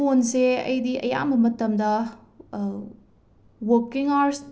phone ꯁꯦ ꯑꯩꯗꯤ ꯑꯌꯥꯝꯕ ꯃꯇꯝꯗ ꯋꯥꯀꯤꯡ ꯑꯥꯋꯔꯁ